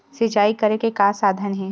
सिंचाई करे के का साधन हे?